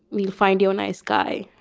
we'll find you a nice guy.